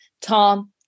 Tom